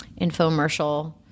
infomercial